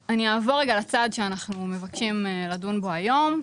אני אעבור לנושא שאנחנו מבקשים לדון בו היום.